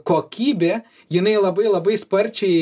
kokybė jinai labai labai sparčiai